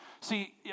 See